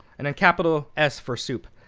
and then capital s for soup.